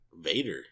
Vader